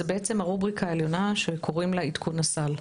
זה בעצם הרובריקה העליונה שקוראים לה עדכון הסל.